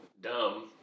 dumb